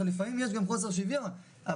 לפעמים יש גם חוסר השוויון הזה,